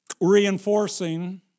reinforcing